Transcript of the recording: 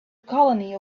colony